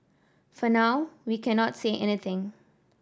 for now we cannot say anything